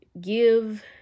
give